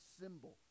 symbol